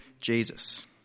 Jesus